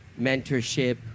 mentorship